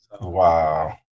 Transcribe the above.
Wow